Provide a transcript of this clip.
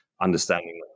understanding